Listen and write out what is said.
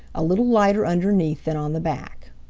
a little lighter underneath than on the back.